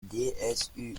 dsu